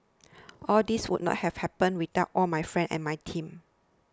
all this would not have happened without all my friends and my team